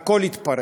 והכול התפרק.